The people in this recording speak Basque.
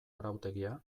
arautegia